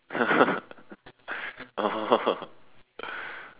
oh